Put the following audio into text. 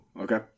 okay